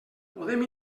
podem